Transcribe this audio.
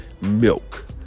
milk